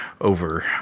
over